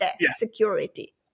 Security